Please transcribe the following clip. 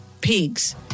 Pigs